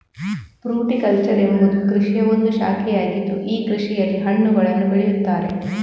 fruticulture ಎಂಬುವುದು ಕೃಷಿಯ ಒಂದು ಶಾಖೆಯಾಗಿದ್ದು ಈ ಕೃಷಿಯಲ್ಲಿ ಹಣ್ಣುಗಳನ್ನು ಬೆಳೆಯುತ್ತಾರೆ